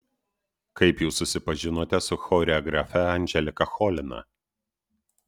kaip jūs susipažinote su choreografe anželika cholina